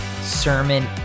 sermon